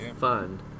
fun